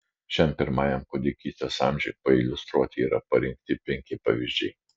šiam pirmajam kūdikystės amžiui pailiustruoti yra parinkti penki pavyzdžiai